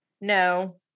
No